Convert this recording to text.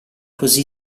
così